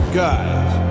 guys